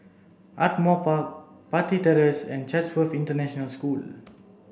Ardmore Park Parry Terrace and Chatsworth International School